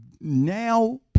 now